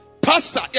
Pastor